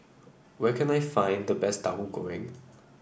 where can I find the best Tauhu Goreng